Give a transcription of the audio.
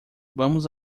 vamos